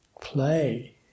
play